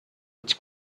its